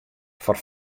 foar